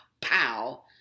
pow